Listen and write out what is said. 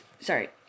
Sorry